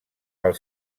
pel